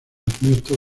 ernesto